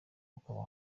aba